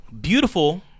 beautiful